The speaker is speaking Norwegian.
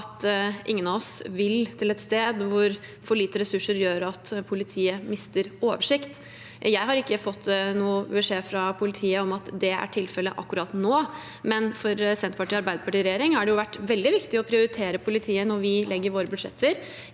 ingen av oss vil til et sted hvor for lite ressurser gjør at politiet mister oversikt. Jeg har ikke fått noen beskjed fra politiet om at det er tilfellet akkurat nå. For Senterpartiet og Arbeiderpartiet i regjering har det vært veldig viktig å prioritere politiet når vi legger våre budsjetter,